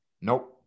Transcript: Nope